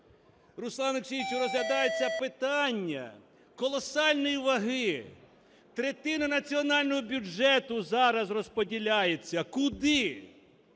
Руслане Олексійовичу, розглядається питання колосальної ваги. Третина національного бюджету зараз розподіляється. Куди?